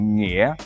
nghĩa